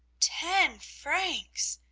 ten francs!